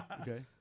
Okay